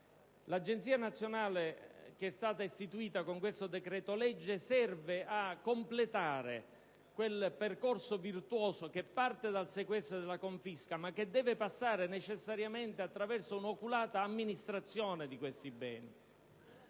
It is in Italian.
L'Agenzia nazionale, istituita con questo decreto-legge, serve a completare quel percorso virtuoso che parte dal sequestro e dalla confisca, ma che deve passare necessariamente attraverso un'oculata amministrazione di questi beni.